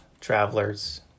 travelers